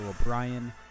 O'Brien